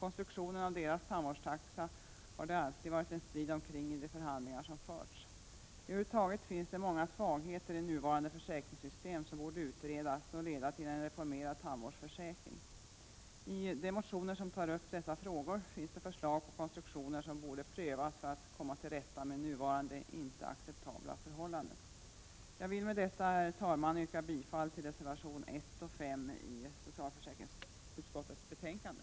Konstruktionen av deras tandvårdstaxa har det alltid varit en strid omkring i de förhandlingar som har förts. Över huvud taget finns det många svagheter i nuvarande försäkringssy 145 stem som borde utredas och leda till en reformerad tandvårdsförsäkring. I de motioner som tar upp dessa frågor finns det förslag på konstruktioner som borde prövas, så att man kan komma till rätta med nuvarande inte acceptabla förhållanden. Jag vill med detta, herr talman, yrka bifall till reservationerna 1 och 5 i socialförsäkringsutskottets betänkande.